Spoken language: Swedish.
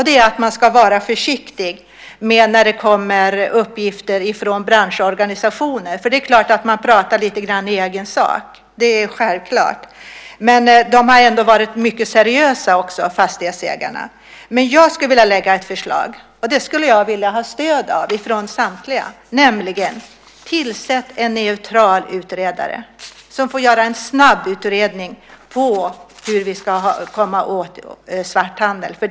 Det är att man ska vara försiktig när det kommer uppgifter från branschorganisationer. Det är klart att de pratar lite grann i egen sak. Det är självklart. Men fastighetsägarna har ändå varit mycket seriösa också. Jag skulle vilja lägga fram ett förslag, och det skulle jag vilja ha stöd för från samtliga. Tillsätt en neutral utredare som får göra en snabbutredning av hur vi ska komma åt svarthandeln!